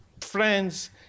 friends